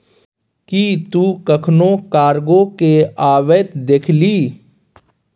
कि तु कखनहुँ कार्गो केँ अबैत देखलिही?